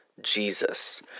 Jesus